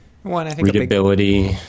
readability